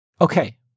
Okay